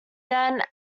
then